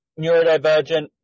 neurodivergent